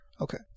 Okay